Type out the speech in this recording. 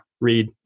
read